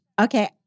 Okay